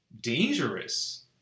dangerous